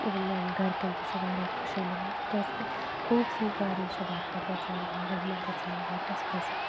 اِوٕن میٛانٮ۪ن گَرِکٮ۪ن تہِ چھُ واریاہ خوشی میلان کیٛازِکہِ پوٚژھ یِیہِ گرٕ یہِ چھےٚ برکت اَژان گَرٕ رحمت اَژان گَرٕ اَسہِ پَزِ